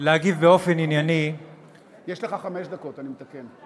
להגיב באופן ענייני, יש לך חמש דקות, אני מתקן.